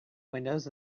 windows